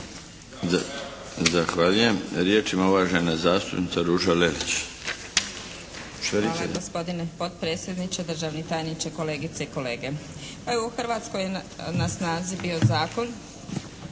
Zahvaljujem. Riječ ima uvažena zastupnica Ruža Lelić. **Lelić, Ruža (HDZ)** Hvala gospodine potpredsjedniče. Državni tajniče, kolegice i kolege. Pa evo u Hrvatskoj je na snazi bio Zakon